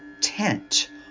tent